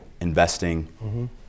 investing